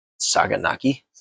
Saganaki